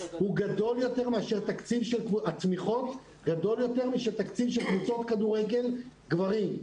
גדול יותר מתקציב התמיכות של קבוצות כדורגל גברים.